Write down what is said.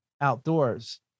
outdoors